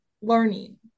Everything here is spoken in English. learning